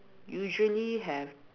usually have